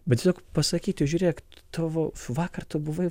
bet tiesiog pasakyti žiūrėk tavo vakar tu buvai